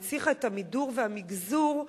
הנציחה את המידור והמגזור,